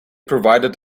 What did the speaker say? provided